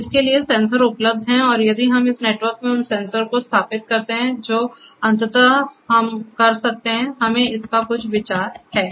तो इसके लिए सेंसर उपलब्ध हैं और यदि हम इस नेटवर्क में उन सेंसर को स्थापित करते हैं जो अंततः हम कर सकते हैं हमें इसका कुछ विचार है